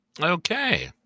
Okay